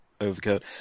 overcoat